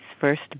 first